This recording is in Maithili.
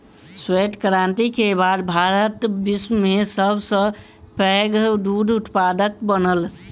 श्वेत क्रांति के बाद भारत विश्व में सब सॅ पैघ दूध उत्पादक बनल